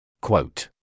Quote